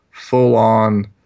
full-on